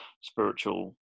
spiritual